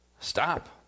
Stop